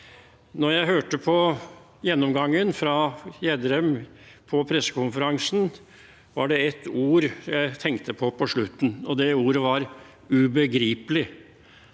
Da jeg hørte på gjennomgangen fra Gjedrem på pressekonferansen, var det ett ord jeg tenkte på mot slutten, og det ordet var «ubegripelig».